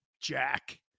Jack